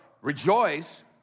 Rejoice